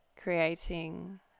creating